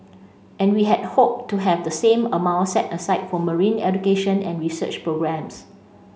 and we had hoped to have the same amount set aside for marine education and research programmes